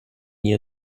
nie